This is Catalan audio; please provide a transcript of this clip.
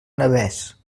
navès